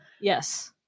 Yes